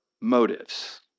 motives